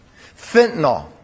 fentanyl